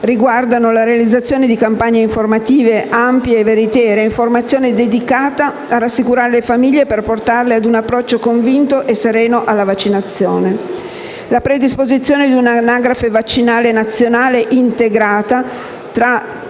riguardano: la realizzazione di campagne informative ampie e veritiere, un'informazione dedicata a rassicurare le famiglie, per portarle a un approccio convinto e sereno alla vaccinazione; la predisposizione di un'anagrafe vaccinale nazionale integrata tra